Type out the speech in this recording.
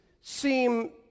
seem